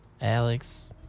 Alex